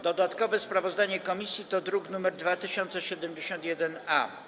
Dodatkowe sprawozdanie komisji to druk nr 2071-A.